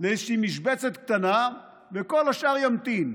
לאיזושהי משבצת קטנה וכל השאר ימתין.